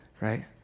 right